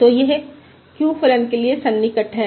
तो यह q फलन के लिए सन्निकटन है